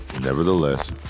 Nevertheless